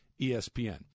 ESPN